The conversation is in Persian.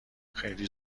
خیلی